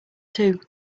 too